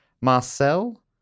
Marcel